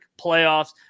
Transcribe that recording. playoffs